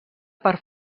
per